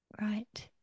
right